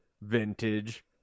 vintage